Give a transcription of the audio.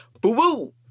boo